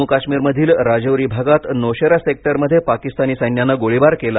जम्मू काश्मीरमधील राजोरी भागात नोशेरा सेक्टरमध्ये पाकिस्तानी सैन्यानं गोळीबार केला